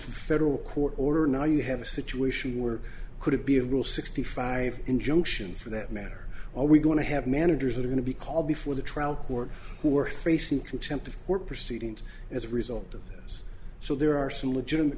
federal court order now you have a situation where could it be it will sixty five injunctions for that matter are we going to have managers are going to be called before the trial court who are facing contempt of court proceedings as a result of this so there are some legitimate